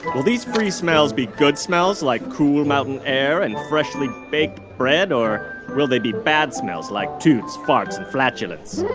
will these free smells be good smells like cool mountain air and freshly baked bread? or will they be bad smells like toots, farts and flatulence?